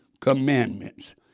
commandments